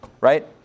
right